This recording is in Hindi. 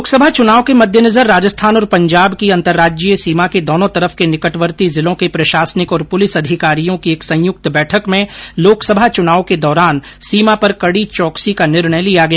लोकसभा चुनाव के मद्देनजर राजस्थान और पंजाब की अंतर्राज्यीय सीमा के दोनों तरफ के निकटवर्ती जिलों के प्रशासनिक और पुलिस अधिकारियों की एक संयुक्त बैठक में लोकसभा चुनाव के दौरान सीमा पर कड़ी चौकसी का निर्णय लिया गया